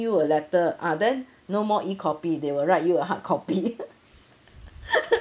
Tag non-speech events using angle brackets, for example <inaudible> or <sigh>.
you a letter ah then no more e copy they will write you a hardcopy <laughs>